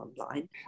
online